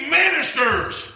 ministers